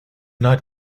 not